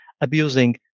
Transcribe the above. abusing